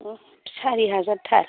सारि हाजारथार